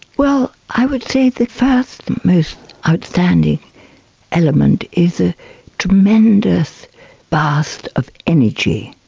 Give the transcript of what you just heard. well, i would say the first most outstanding element is a tremendous blast of energy,